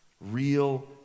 Real